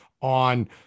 on